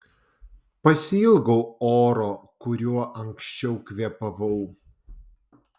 pasiilgau oro kuriuo anksčiau kvėpavau